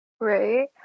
Right